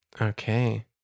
Okay